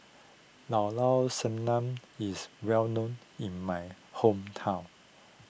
Llao Llao Sanum is well known in my hometown